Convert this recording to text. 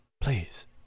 Please